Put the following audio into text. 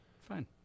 Fine